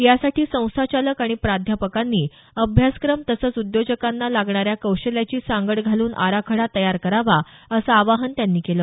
यासाठी संस्था चालक आणि प्राध्यापकांनी अभ्यासक्रम तसंच उद्योजकांना लागणाऱ्या कौशल्याची सांगड घालून आराखडा तयार करावा असं आवाहन त्यांनी केलं